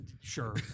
sure